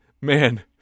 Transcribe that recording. man